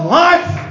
life